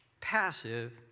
passive